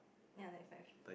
ya ninety five